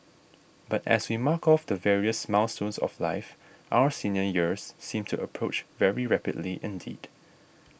but as we mark off the various milestones of life our senior years seem to approach very rapidly indeed